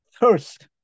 thirst